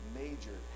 major